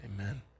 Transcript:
amen